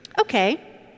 Okay